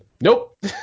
Nope